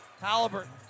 Halliburton